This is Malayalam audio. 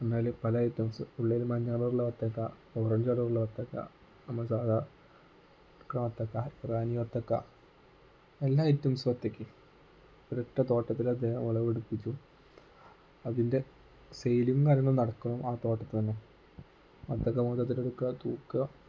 എന്നാൽ പല ഐറ്റംസ് ഉള്ളിൽ മഞ്ഞ കളറുള്ള വത്തക്ക ഓറഞ്ച് കളറുള്ള വത്തക്ക നമ്മളുടെ സാദാ കിട്ടുന്ന വത്തക്ക റാനി വത്തക്ക എല്ലാ ഐറ്റംസും ഒറ്റക്ക് ഒരൊറ്റ തോട്ടത്തിൽ അത് ദേ വള പിടുപ്പിച്ചും അതിൻ്റെ സെയിലും കാര്യങ്ങളും നടക്കും ആ തോട്ടത്തിൽ തന്നെ വത്തക്ക ഓരോരുത്തരും എടുക്കുക തൂക്കുക